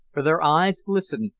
for their eyes glistened,